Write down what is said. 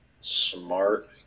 Smart